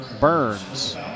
Burns